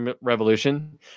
revolution